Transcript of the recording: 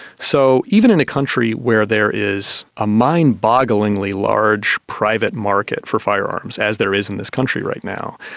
so even in a country where there is a mind-bogglingly large private market for firearms as there is in this country right now,